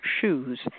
shoes